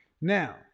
Now